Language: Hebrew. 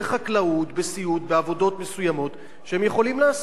לתעסוקה במקום העובדים הזרים שמביאים הנה על ויזה,